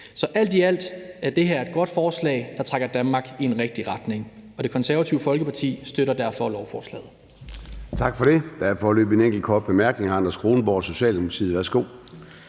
Så alt i alt er det her et godt forslag, der trækker Danmark i en rigtig retning. Og Det Konservative Folkeparti støtter derfor lovforslaget.